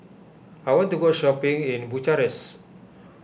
I want to go shopping in Bucharest